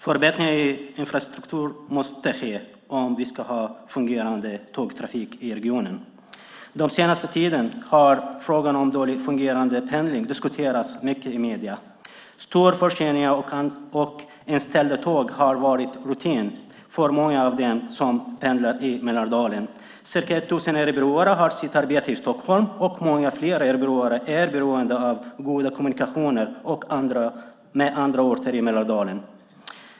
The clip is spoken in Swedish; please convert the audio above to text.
Förbättringar i infrastrukturen måste ske om vi ska ha fungerande tågtrafik i regionen. Den senaste tiden har frågan om dåligt fungerande pendling diskuterats mycket i medierna. Stora förseningar och inställda tåg har varit rutin för många som pendlar i Mälardalen. Säkert tusen örebroare har sitt arbete i Stockholm, och många fler örebroare är beroende av goda kommunikationer med andra orter i Mälardalen.